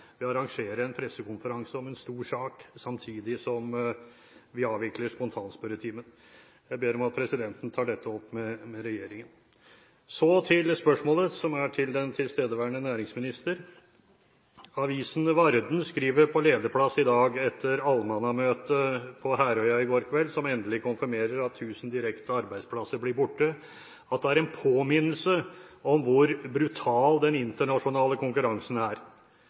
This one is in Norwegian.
til spørsmålet, som er til den tilstedeværende næringsminister: Avisen Varden skriver på lederplass i dag, etter allmannamøte på Herøya i går kveld som endelig konfirmerer at tusen direkte arbeidsplasser blir borte, at det er en påminnelse om hvor brutal den internasjonale konkurransen er